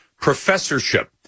professorship